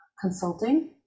consulting